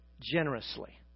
generously